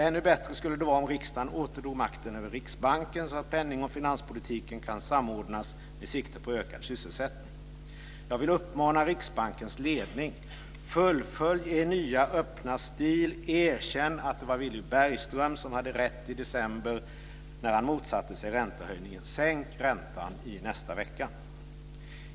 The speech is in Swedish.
Ännu bättre skulle det vara om riksdagen åter tog makten över Riksbanken så att penning och finanspolitiken kunde samordnas med sikte på ökad sysselsättning. Jag vill uppmana Riksbankens ledning: Fullfölj er nya öppna stil, erkänn att Villy Bergström hade rätt i december när han motsatte sig räntehöjningen, sänk räntan i nästa vecka!